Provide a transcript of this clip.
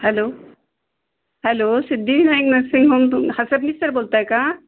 hello hello Siddhivinayak nursing home तुम हां Sabnis sir बोलताय का